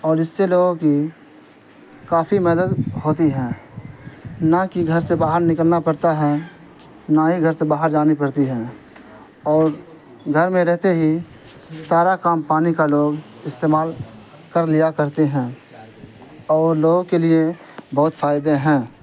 اور اس سے لوگوں کی کافی مدد ہوتی ہے نہ کہ گھر سے باہر نکلنا پڑتا ہے نہ ہی گھر سے باہر جانی پڑتی ہے اور گھر میں رہتے ہی سارا کام پانی کا لوگ استعمال کر لیا کرتے ہیں اور لوگوں کے لیے بہت فائدے ہیں